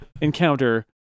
encounter